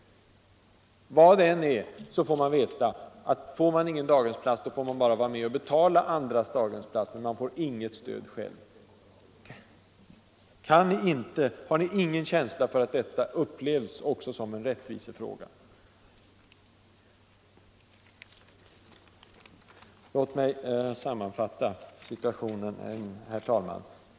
Vad det än är får man veta: har man ingen daghemsplats, får man bara vara med och betala andras daghemskostnader, men man får inget stöd själv. Har ni ingen känsla för att detta upplevs också som en rättvisefråga? Låt mig sammanfatta situationen, herr talman.